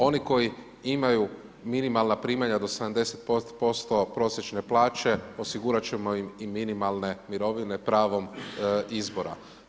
Oni koji imaju minimalna primanja do 70% prosječne plaće osigurati ćemo im i minimalne mirovine, pravom izbora.